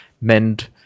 mend